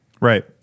Right